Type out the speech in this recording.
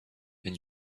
and